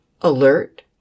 Alert